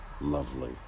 lovely